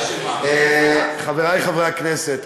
חברי חברי הכנסת,